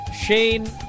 Shane